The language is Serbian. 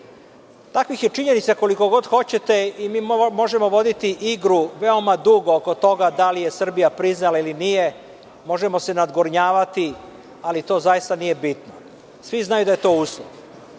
Takvih je, činjenica, koliko god hoćete i mi možemo voditi igru veoma dugo oko toga da li je Srbija priznala ili nije, možemo se nadgornjavati, ali to zaista nije bitno. Svi znaju da je to uslov.